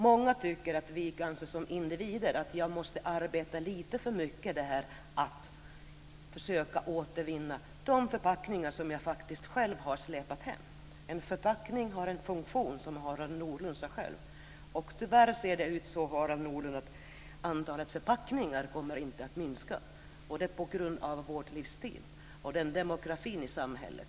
Många tycker kanske att de måste arbeta lite för mycket med att återvinna de förpackningar som de själva har släpat hem. En förpackning har en funktion, som Harald Nordlund själv sade. Tyvärr kommer inte antalet förpackningar att minska på grund av vår livsstil och demografin i samhället.